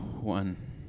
One